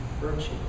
virtue